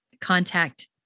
contact